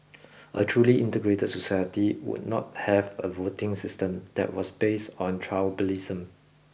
a truly integrated society would not have a voting system that was based on tribalism